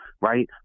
right